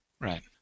right